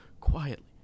quietly